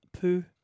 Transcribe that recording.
poo